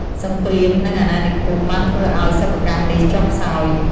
សង្គ្រាម និងអាណានិគមបានធ្វើឱ្យសិប្បកម្មនេះចុះខ្សោយ។